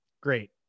Great